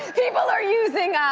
are using,